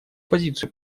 позицию